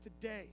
today